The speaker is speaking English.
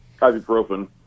ibuprofen